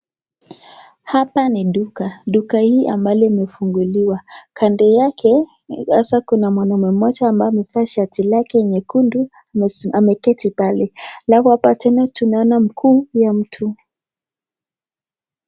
Hapa ni duka , duka hii limefunguliwa. Kando yake kuna mwanaume amesimama amevaa shati lake nyekundu na ameketi pale. Alafu hapa tena tunaona mguu ya mtu.